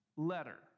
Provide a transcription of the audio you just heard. letter